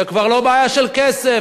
זה כבר לא בעיה של כסף.